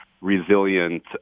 resilient